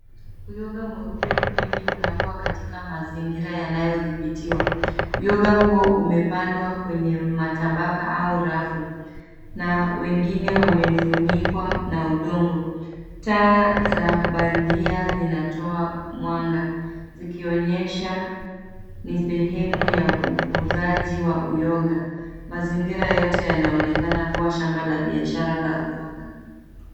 Uyoga mweupe mwingi unakua katika mazingira inayodhibitiwa uyoga huo umepandwa kwenye matabaka au rafu na wengine wamefunikwa na udongo. Taa za bandia zinatoa mwanga zikionyesha ni sehemu ya ukuzaji wa uyoga. Mazingira yote yanaonekana kuwa shamba la biashara la uyoga.